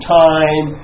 time